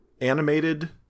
animated